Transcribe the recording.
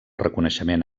reconeixement